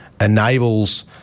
enables